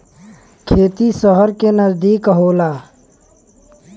खेती सहर के नजदीक होला